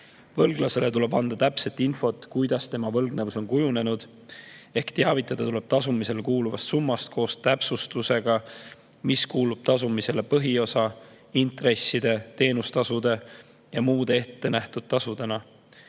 Võlglasele tuleb anda täpset infot, kuidas tema võlgnevus on kujunenud, ehk teavitada tuleb tasumisele kuuluvast summast koos täpsustusega, mis kuulub tasumisele põhiosa, intresside, teenustasude ja muude ettenähtud tasudena.